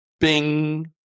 Bing